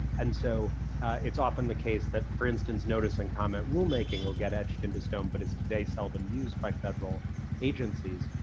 and so it's often the case that, for instance, notice and comment rule making will get etched into stone, but is today seldom used by federal agencies.